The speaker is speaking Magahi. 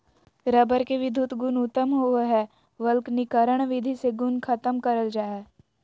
रबर के विधुत गुण उत्तम होवो हय वल्कनीकरण विधि से गुण खत्म करल जा हय